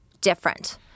different